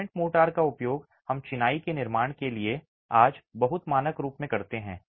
cement mortar का उपयोग हम चिनाई के निर्माण के लिए आज बहुत मानक रूप में करते हैं